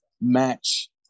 match